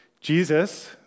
Jesus